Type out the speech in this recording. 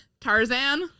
Tarzan